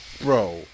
bro